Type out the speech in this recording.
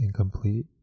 incomplete